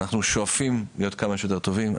אנחנו שואפים להיות כמה שיותר טובים.